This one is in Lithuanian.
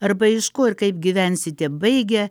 arba iš ko ir kaip gyvensite baigę